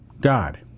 God